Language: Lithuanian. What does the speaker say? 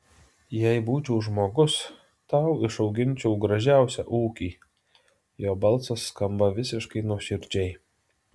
jei būčiau žmogus tau išauginčiau gražiausią ūkį jo balsas skamba visiškai nuoširdžiai